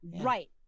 Right